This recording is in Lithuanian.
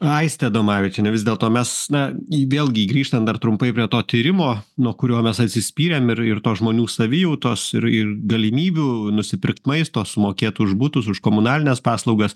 aistė adomavičienė vis dėlto mes na į vėlgi grįžtant dar trumpai prie to tyrimo nuo kurio mes atsispyrėm ir tos žmonių savijautos ir ir galimybių nusipirkt maisto sumokėt už butus už komunalines paslaugas